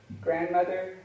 grandmother